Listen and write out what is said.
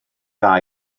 dda